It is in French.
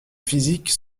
physique